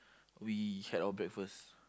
we had our breakfast